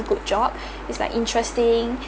good job it's like interesting